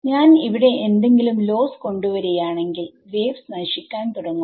ഞാൻ ഇവിടെ എന്തെങ്കിലും ലോസ് കൊണ്ടുവരികയാണെങ്കിൽ വേവ്സ് നശിക്കാൻ തുടങ്ങും